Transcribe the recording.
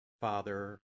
Father